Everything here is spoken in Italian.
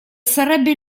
sarebbe